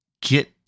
get